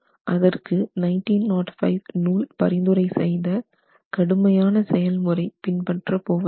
அதற்கு 1905 நூல் பரிந்துரை செய்த கடுமையான செயல்முறை பின்பற்ற போவதில்லை